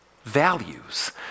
values